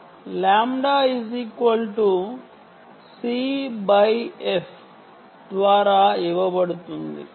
λ c f ద్వారా ఇవ్వబడుతుంది